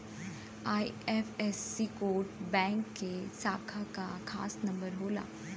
IFSC code bank के शाखा क खास नंबर होला